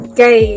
Okay